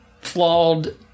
flawed